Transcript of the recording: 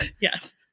Yes